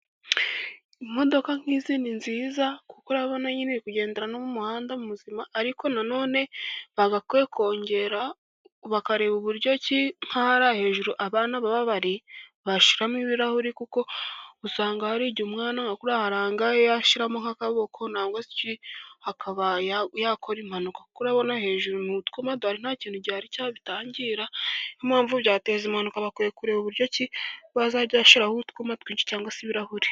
Imodoka nk'izi ni nziza, kuko urabona nyine kugendera no mu muhanda muzima, ariko nanone bagakwiye kongera bakareba uburyo ki nka hariya hejuru abana baba bari, bashyiramo ibirahuri kuko usanga hari igihe umwana nka kuriya harangaye yashyiramo nk'akaboko, cyangwa se akaba yakora impanuka, kuko urabona hejuru ni utwuma duhari nta kintu gihari cyabitangira. Ni yo mpamvu, bazajya bareba uburyo bashyiraho utwuma twinshi cyangwa se ibirahuri.